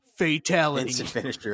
Fatality